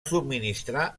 subministrar